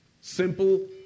Simple